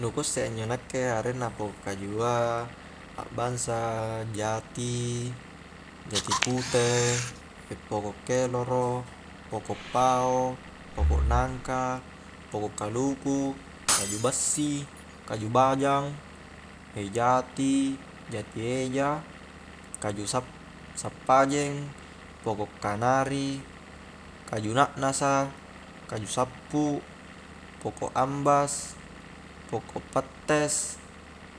Nu kusse a injo nakkea arenna poko' kajua akbangsa, jati, jati pute, ee poko' keloro, poko' pao, poko' nangka, poko' kaluku, kaju bassi, kaju bajang, ee jati, jati eja, kaju sap-sappajeng, poko' kanari, kaju na'nasa, kaju sappu, poko' ambas, poko' pattes,